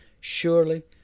Surely